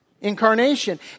Incarnation